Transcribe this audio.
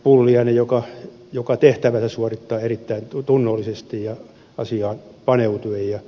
pulliainen joka tehtävänsä suorittaa erittäin tunnollisesti ja asiaan paneutuen